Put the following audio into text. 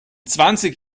zwanzig